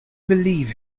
believe